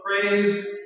praise